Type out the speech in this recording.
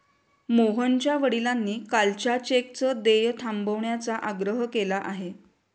मोहनच्या वडिलांनी कालच्या चेकचं देय थांबवण्याचा आग्रह केला आहे